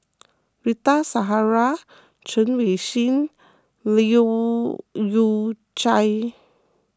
Rita Zahara Chen Wen Hsi Leu Yew Chye